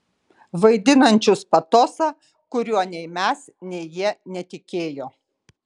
vaidinančius patosą kuriuo nei mes nei jie netikėjo